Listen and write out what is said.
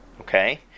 Okay